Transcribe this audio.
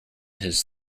his